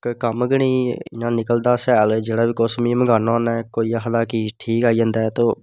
कम्म गै नेईं इ'यां निकलदा शैल जेह्ड़ा बी किश मी मंगोआन्ना होन्ना कोई आखदा कि ठीक आई जंदा ते